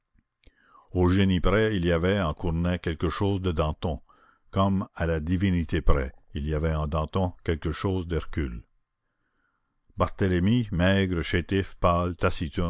au génie près il y avait en cournet quelque chose de danton comme à la divinité près il y avait en danton quelque chose d'hercule barthélemy maigre